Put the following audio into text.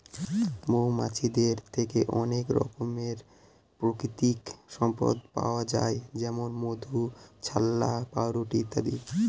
মৌমাছিদের থেকে অনেক রকমের প্রাকৃতিক সম্পদ পাওয়া যায় যেমন মধু, ছাল্লা, পাউরুটি ইত্যাদি